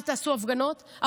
אל תעשו הפגנות,